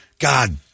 God